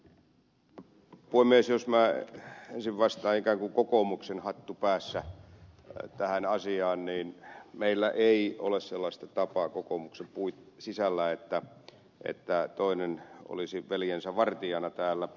jos minä ensin vastaan ikään kuin kokoomuksen hattu päässä tähän asiaan niin meillä ei ole sellaista tapaa kokoomuksen sisällä että toinen olisi veljensä vartijana täällä